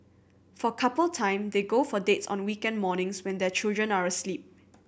for couple time they go for dates on weekend mornings when their children are asleep